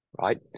right